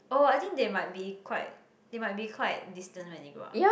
oh I think they might be quite they might be quite distant when they grow up